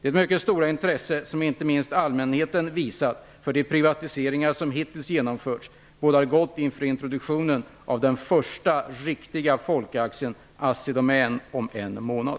Det mycket stora intresse som inte minst allmänheten visat för de privatiseringar som hittills genomförts bådar gott inför introduktionen av den första riktiga folkaktien AssiDomän om en månad.